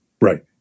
Right